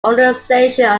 urbanization